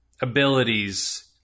abilities